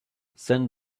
send